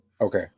Okay